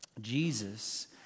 Jesus